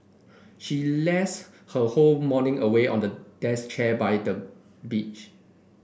she lazed her whole morning away on a desk chair by the beach